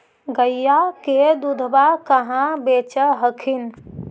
गईया के दूधबा कहा बेच हखिन?